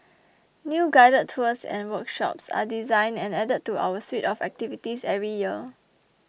new guided tours and workshops are designed and added to our suite of activities every year